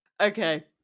Okay